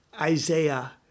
Isaiah